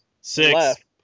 Six